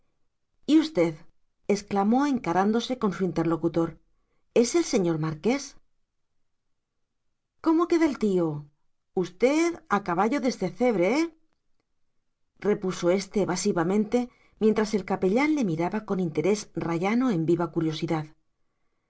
y usted exclamó encarándose con su interlocutor es el señor marqués cómo queda el tío usted a caballo desde cebre eh repuso éste evasivamente mientras el capellán le miraba con interés rayano en viva curiosidad